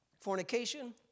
Fornication